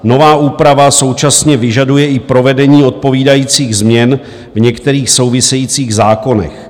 Nová úprava současně vyžaduje i provedení odpovídajících změn v některých souvisejících zákonech.